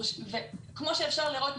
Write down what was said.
כמו שאפשר לראות,